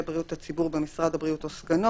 בריאות הציבור במשרד הבריאות או סגנו